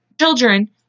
children